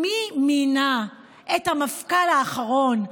מי מינה את המפכ"ל האחרון,